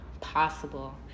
possible